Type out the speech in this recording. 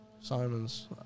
Simon's